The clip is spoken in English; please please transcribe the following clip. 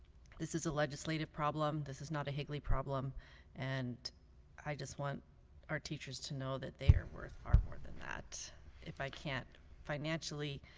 this is a legislative problem this is not a higley problem and i just want our teachers to know that they are worth far more than if i can't financially